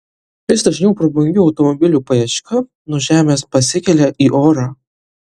vis dažniau prabangių automobilių paieška nuo žemės pasikelia į orą